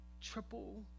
triple